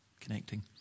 connecting